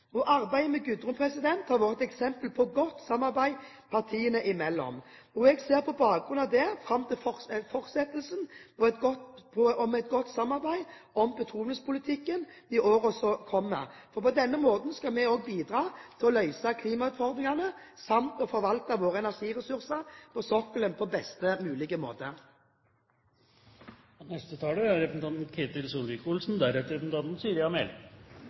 Arbeidet med Gudrun har vært et eksempel på godt samarbeid partiene imellom. Jeg ser på bakgrunn av det fram til fortsatt godt samarbeid om petroleumspolitikken i årene som kommer. På denne måten skal vi også bidra til å løse klimautfordringene samt å forvalte våre energiressurser på sokkelen på en best mulig måte. Denne saken synes jeg egentlig er